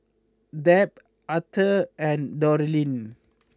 Deb Arthur and Dorine